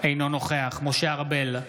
אינו נוכח משה ארבל,